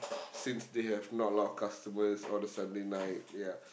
since they have not a lot of customers on a Sunday night ya